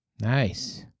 Nice